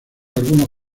algunos